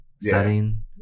setting